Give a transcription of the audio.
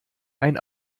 ein